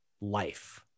life